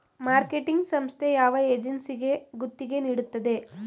Marketing ಸಂಸ್ಥೆ ಯಾವ ಏಜೆನ್ಸಿಗೆ ಗುತ್ತಿಗೆ ನೀಡುತ್ತದೆ?